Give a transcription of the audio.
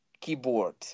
keyboard